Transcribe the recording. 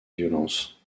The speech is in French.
violence